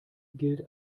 gilt